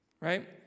Right